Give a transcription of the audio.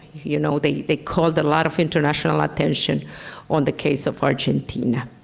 you know. they they called a lot of international attention on the case of argentina.